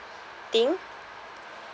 thing